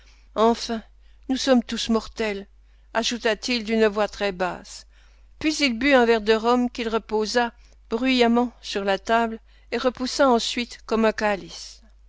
enfin nous sommes tous mortels ajouta-t-il d'une voix très basse puis il but un verre de rhum qu'il reposa bruyamment sur la table et repoussa ensuite comme un calice